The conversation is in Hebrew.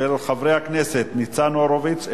של חברי הכנסת ניצן הורוביץ,